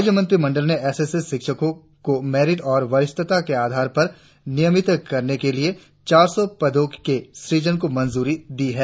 राज्य मंत्रिमंडल ने एस एस ए शिक्षको मेरिट एवं वरिष्ठता के आधार पर नियमित करने के लिए चार सौ पदो के सृजन को मंजूरी दी है